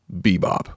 bebop